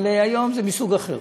אבל היום זה מסוג אחר.